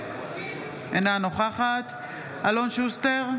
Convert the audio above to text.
אינה נוכחת אלון שוסטר,